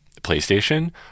PlayStation